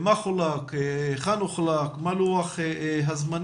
מה חולק, היכן חולק, מה לוח הזמנים.